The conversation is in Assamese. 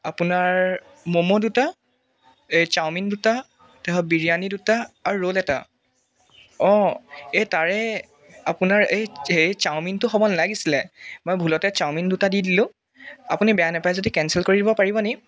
আপোনাৰ ম'ম' দুটা এই চাওমিন দুটা তা হ বিৰিয়ানী দুটা আৰু ৰ'ল এটা অঁ এই তাৰে আপোনাৰ এই সেই চাওমিনটো হ'ব নালাগিছিলে মই ভুলতে চাওমিন দুটা দি দিলোঁ আপুনি বেয়া নাপায় যদি কেনচেল কৰি দিব পাৰিব নি